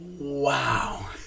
Wow